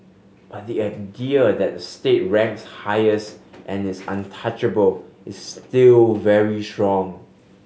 but the idea that the state ranks highest and is untouchable is still very strong